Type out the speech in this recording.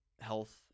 health